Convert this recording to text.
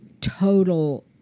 total